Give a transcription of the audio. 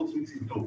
חוץ מצנתור.